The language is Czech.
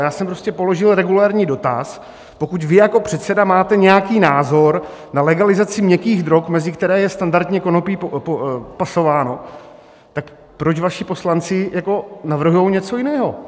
Já jsem prostě položil regulérní dotaz, pokud vy jako předseda máte nějaký názor na legalizaci měkkých drog, mezi které je standardně konopí pasováno, tak proč vaši poslanci navrhují něco jiného.